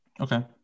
Okay